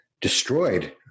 destroyed